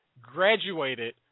graduated